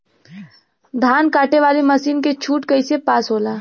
धान कांटेवाली मासिन के छूट कईसे पास होला?